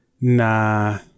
nah